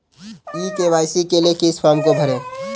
ई KYC के लिए किस फ्रॉम को भरें?